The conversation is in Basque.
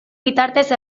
bitartez